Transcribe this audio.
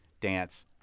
Dance